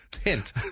hint